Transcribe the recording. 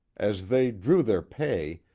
as they drew their pay,